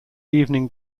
evening